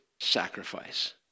sacrifice